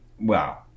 wow